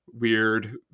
weird